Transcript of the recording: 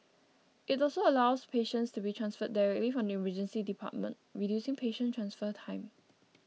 it also allows patients to be transferred directly from the Emergency Department reducing patient transfer time